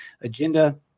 agenda